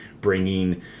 bringing